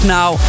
now